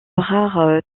rare